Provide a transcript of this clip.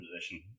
position